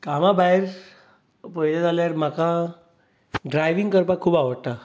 कामा भायर पळयलें जाल्यार म्हाका ड्रायवींग करपाक खूब आवडटा